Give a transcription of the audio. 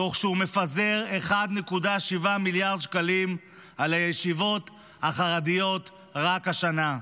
תוך שהוא מפזר 1.7 מיליארד שקלים על הישיבות החרדיות רק השנה.